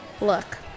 Look